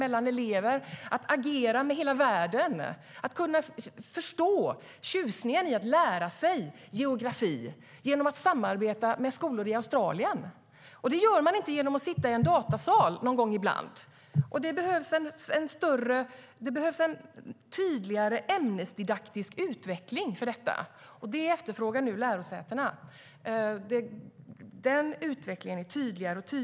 Det handlar om att agera med hela världen och att kunna förstå tjusningen i att lära sig geografi genom att samarbeta med skolor i Australien. Det gör man inte genom att sitta i en datasal någon gång ibland. Det behövs en tydligare ämnesdidaktisk utveckling för detta, och det efterfrågar lärosätena.